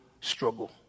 struggle